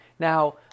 Now